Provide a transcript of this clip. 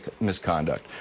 misconduct